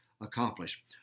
accomplish